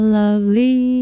lovely